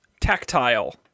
tactile